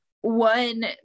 One